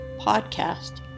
Podcast